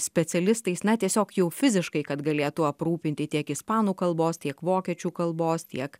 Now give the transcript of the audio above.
specialistais na tiesiog jau fiziškai kad galėtų aprūpinti tiek ispanų kalbos tiek vokiečių kalbos tiek